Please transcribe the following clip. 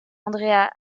andrea